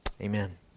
Amen